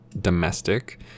domestic